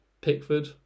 Pickford